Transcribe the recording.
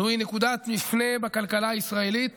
זוהי נקודת מפנה בכלכלה הישראלית,